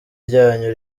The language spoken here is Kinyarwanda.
ryanyu